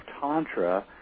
Tantra